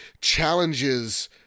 challenges